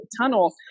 tunnel